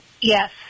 Yes